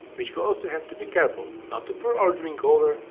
which we also have to be careful not to pour our drink over,